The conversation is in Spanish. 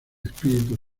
espíritu